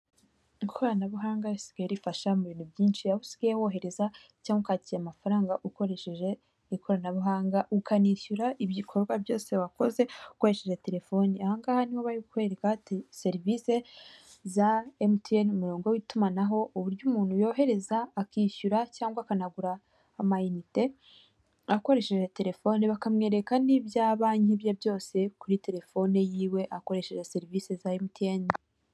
Ikoranabuhanga risigaye rifasha mu bintu byinshi iyo usigaye wohereza cyangwa ushakiye amafaranga ukoresheje ikoranabuhanga, ukanishyura ibikorwa byose wakoze ukoresheje terefoni, ahangaha niho bari kukwereka serivisi za emutiyeni umurongo w'itumanaho, uburyo umuntu yohereza akishyura cyangwa akanagura amayinite akoresheje terefoni, bakamwereka n'ibya banki bye byose kuri terefone yiwe akoresheje serivisi za emutiyeni.